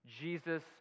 Jesus